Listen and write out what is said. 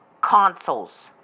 consoles